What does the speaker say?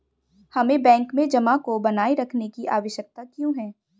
हमें बैंक में जमा को बनाए रखने की आवश्यकता क्यों है?